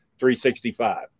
365